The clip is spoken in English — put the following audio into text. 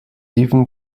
even